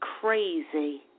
crazy